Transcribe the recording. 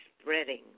spreading